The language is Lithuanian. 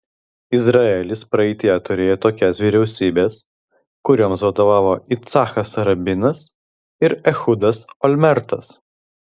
izraelis praeityje turėjo tokias vyriausybes kurioms vadovavo yitzhakas rabinas ir ehudas olmertas